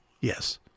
Yes